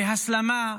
להסלמה,